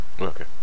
Okay